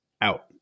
out